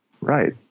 Right